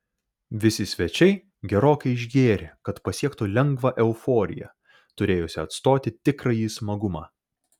visi svečiai gerokai išgėrė kad pasiektų lengvą euforiją turėjusią atstoti tikrąjį smagumą